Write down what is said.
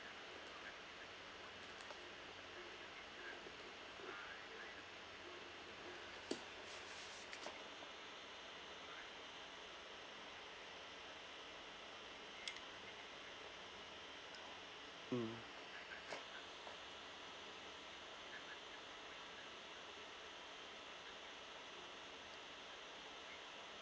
mm